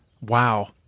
wow